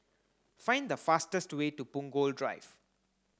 find the fastest way to Punggol Drive